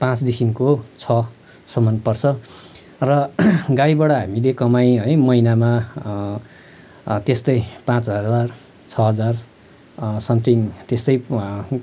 पाँचदेखिको छसम्म पर्छ र गाईबाट हामीले कमाइ है महिनामा त्यस्तै पाँच हजार छः हजार समथिङ त्यस्तै